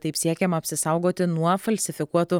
taip siekiama apsisaugoti nuo falsifikuotų